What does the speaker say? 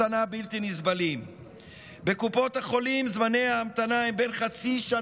דוד אלעזר לפני 50 שנה,